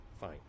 Fine